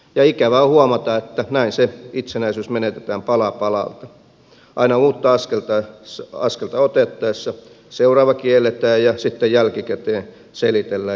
ikävää on huomata että näin se itsenäisyys menetetään pala palalta aina uutta askelta otettaessa seuraava kielletään ja sitten jälkikäteen selitellään